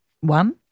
One